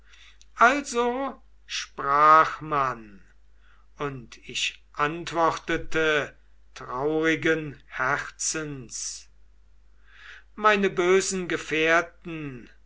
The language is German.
also sprach man und ich antwortete traurigen herzens meine bösen gefährten